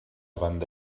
banda